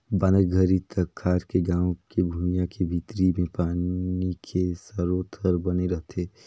बांधा के घरी तखार के गाँव के भुइंया के भीतरी मे पानी के सरोत हर बने रहथे